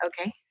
Okay